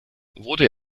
wurde